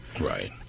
Right